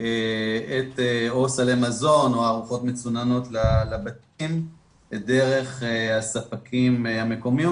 את או סלי המזון או ארוחות מצוננות לבתים דרך הספקים המקומיים,